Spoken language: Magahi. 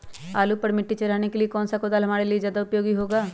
आलू पर मिट्टी चढ़ाने के लिए कौन सा कुदाल हमारे लिए ज्यादा उपयोगी होगा?